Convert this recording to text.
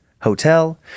hotel